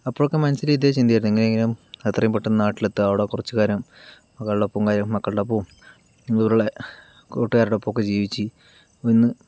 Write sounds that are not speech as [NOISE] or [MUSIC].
അപ്പോൾ ഒക്കെ മനസ്സിൽ ഇതേ ചിന്തയായിരുന്നു എങ്ങനെയെങ്കിലും എത്രയും പെട്ടെന്ന് നാട്ടിൽ എത്തുക അവിടെ കുറച്ച് കാരം അവളോടൊപ്പം കാരം മക്കളുടെ ഒപ്പവും ഇതുപോലുള്ള കൂട്ടുകാരുടെ ഒപ്പവും ഒക്കെ ജീവിച്ച് [UNINTELLIGIBLE]